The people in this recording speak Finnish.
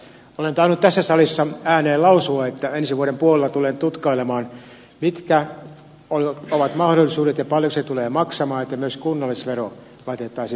olen tainnut tässä salissa ääneen lausua että ensi vuoden puolella tulen tutkailemaan mitkä ovat mahdollisuudet ja paljonko se tulee maksamaan että myös kunnallisvero laitettaisiin progressiiviseksi